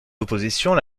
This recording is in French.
oppositions